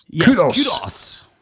kudos